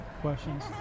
questions